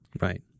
Right